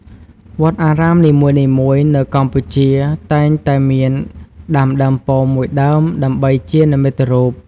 វត្តអារាមនីមួយៗនៅកម្ពុជាតែងតែមានដាំដើមពោធិ៍មួយដើមដើម្បីជានិមិត្តរូប។